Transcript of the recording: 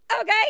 Okay